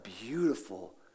beautiful